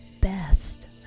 best